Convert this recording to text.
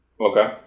Okay